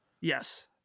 Yes